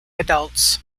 adults